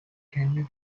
caney